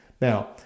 Now